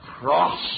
cross